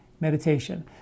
meditation